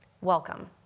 Welcome